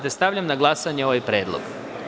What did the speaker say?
Stavljam na glasanje ovaj predlog.